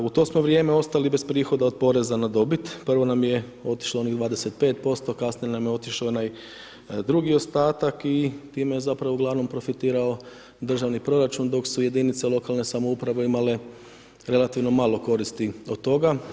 U to smo vrijeme ostali bez prihoda od poreza na dobit, prvo nam je otišlo onih 25% a kasnije nam je otišao onaj drugi ostatak i time je zapravo uglavnom profitirao državni proračun dok su jedinice lokalne samouprave imale relativno malo koristi od toga.